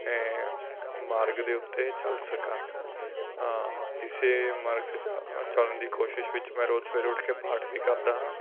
ਮਾਰਗ ਦੇ ਉੱਤੇ ਚੱਲ ਸਕਾਂ ਇਸ ਮਾਰਗ 'ਤੇ ਚ ਚੱਲਣ ਦੀ ਕੋਸ਼ਿਸ਼ ਵਿੱਚ ਮੈਂ ਰੋਜ਼ ਸਵੇਰੇ ਉੱਠ ਕੇ ਪਾਠ ਵੀ ਕਰਦਾ ਹਾਂ